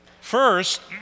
first